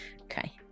okay